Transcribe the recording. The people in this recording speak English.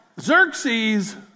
Xerxes